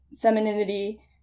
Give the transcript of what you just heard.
femininity